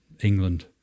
England